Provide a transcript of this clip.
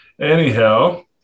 Anyhow